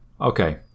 Okay